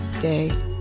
day